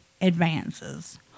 advances